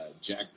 Jack